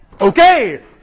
okay